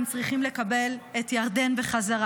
הם צריכים לקבל את ירדן בחזרה,